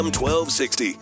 1260